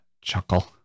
chuckle